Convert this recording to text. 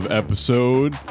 episode